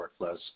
workflows